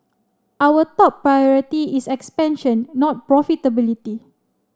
our top priority is expansion not profitability